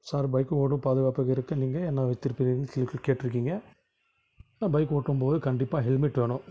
sir bike ஓடும் பாதுகாப்பாக இருக்க நீங்கள் என்ன வைத்திருக்கிறீர்கள் சில கேள்வி கேட்டிருக்கீங்க நான் பைக் ஓட்டும் போது கண்டிப்பாக ஹெல்மெட் வேணும்